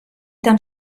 tan